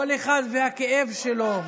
כל אחד והכאב שלו.